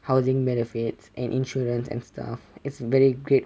housing benefits and insurance and stuff it's very great